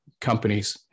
companies